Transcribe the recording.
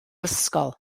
ysgol